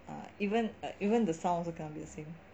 even even the sounds also cannot be the same